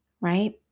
right